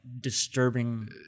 disturbing